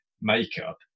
makeup